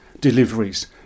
deliveries